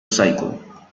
cycle